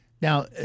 Now